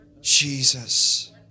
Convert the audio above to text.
Jesus